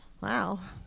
Wow